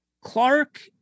Clark